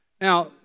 Now